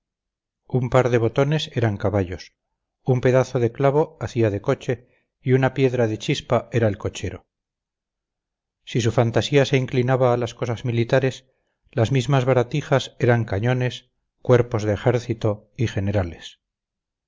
un par de botones eran caballos un pedazo de clavo hacía de coche y una piedra de chispa era el cochero si su fantasía se inclinaba a las cosas militares las mismas baratijas eran cañones cuerpos de ejército y generales